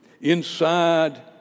inside